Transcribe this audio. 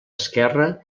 esquerra